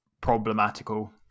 problematical